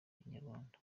inyarwanda